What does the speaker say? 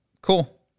Cool